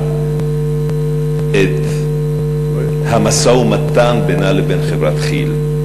משהה את המשא-ומתן בינה לבין חברת כי"ל,